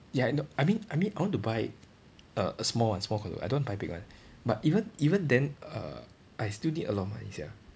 ya I know I mean I mean I want to buy a a small one small condo I don't want to buy big one but even even then err I still need a lot of money sia